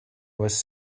was